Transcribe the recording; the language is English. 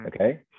okay